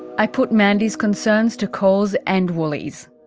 i put mandy's concerns to coles and woolies.